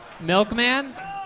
Milkman